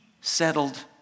settled